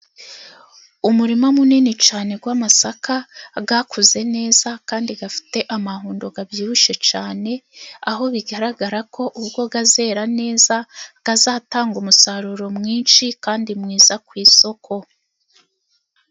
Umurima munini cyane w'amasaka yakuze neza, kandi afite amahundo abyibushye cyane. Aho bigaragara ko ubwo azera neza, azatanga umusaruro mwinshi kandi mwiza ku isoko.